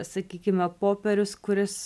sakykime popierius kuris